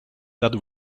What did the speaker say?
that